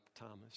Thomas